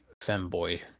Femboy